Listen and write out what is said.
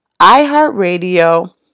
iHeartRadio